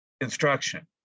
instruction